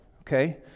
okay